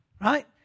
right